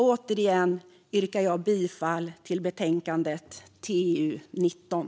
Återigen yrkar jag bifall till utskottets förslag till beslut i betänkande TU19.